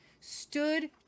stood